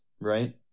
right